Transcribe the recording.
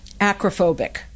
acrophobic